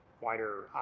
wider